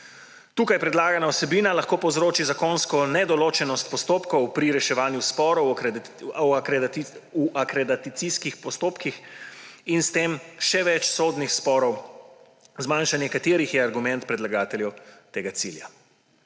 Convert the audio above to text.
Tukaj predlagana vsebina lahko povzroči zakonsko nedoločenost postopkov pri reševanju sporov v akreditacijskih postopkih in s tem še več sodnih sporov, zmanjšanje katerih je argument predlagateljev tega cilja.